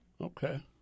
Okay